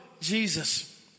Jesus